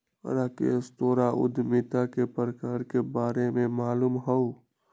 राकेश तोहरा उधमिता के प्रकार के बारे में मालूम हउ